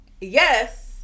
Yes